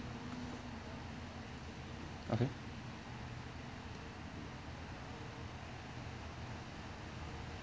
okay